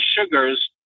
sugars